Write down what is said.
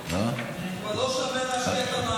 אבל לא שווה להשקיע את המאמץ.